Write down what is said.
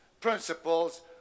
principles